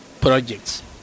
projects